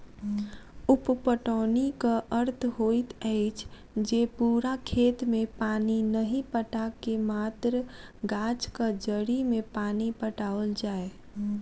उप पटौनीक अर्थ होइत अछि जे पूरा खेत मे पानि नहि पटा क मात्र गाछक जड़ि मे पानि पटाओल जाय